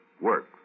works